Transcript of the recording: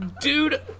Dude